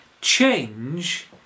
change